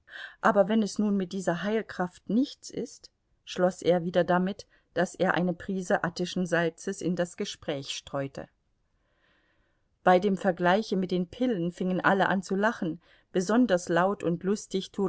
aber wenn es nun mit dieser heilkraft nichts ist schloß er wieder damit daß er eine prise attischen salzes in das gespräch streute bei dem vergleiche mit den pillen fingen alle an zu lachen besonders laut und lustig